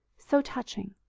so touching,